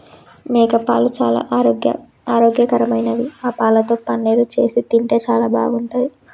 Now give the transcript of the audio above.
మేకపాలు చాలా ఆరోగ్యకరమైనవి ఆ పాలతో పన్నీరు చేసి తింటే చాలా బాగుంటది